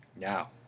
Now